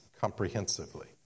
comprehensively